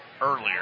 earlier